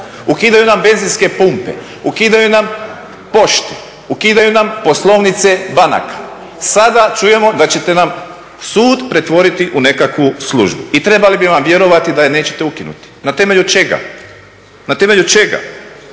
Ukidaju nam benzinske pumpe, ukidaju nam poštu, ukidaju nam poslovnice banaka. Sada čujemo da ćete nam sud pretvoriti u nekakvu službu i trebali bi vam vjerovati da je nećete ukinuti. Na temelju čega? Jednom ukinuto